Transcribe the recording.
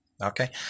Okay